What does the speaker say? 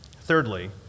Thirdly